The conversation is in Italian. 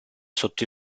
sotto